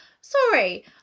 sorry